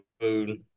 food